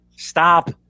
Stop